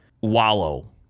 wallow